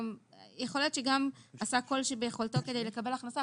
יכול להיות שגם עשה כל שביכולתו כדי לקבל הכנסה,